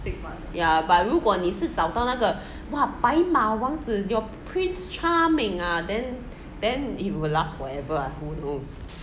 yeah but 如果你是找到那个 !wah! 白马王子 your prince charming ah then then it will last forever lah who knows